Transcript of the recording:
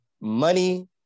Money